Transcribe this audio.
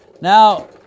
Now